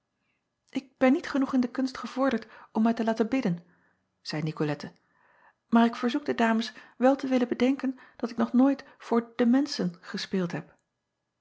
k ben niet genoeg in de kunst gevorderd om mij te laten bidden zeî icolette maar ik verzoek de ames wel te willen bedenken dat ik nog nooit voor de menschen gespeeld heb